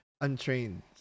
untrained